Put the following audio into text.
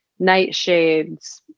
nightshades